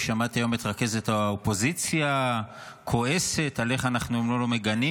והיום שמעתי את רכזת האופוזיציה כועסת על איך אנחנו לא מגנים.